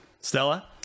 Stella